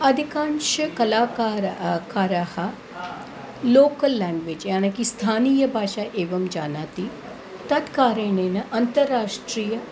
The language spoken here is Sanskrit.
अधिकांशाः कलाकाराः काराः लोकल् लाङ्ग्वेज् यानकि स्थानीया भाषा एवं जानाति तत् कारणेन अन्तराष्ट्रीय